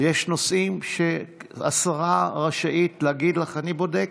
יש נושאים שהשרה רשאית להגיד לך: אני בודקת.